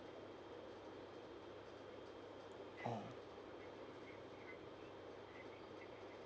oh